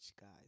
guys